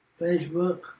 Facebook